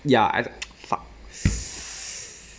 ya I fuck